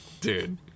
Dude